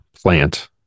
plant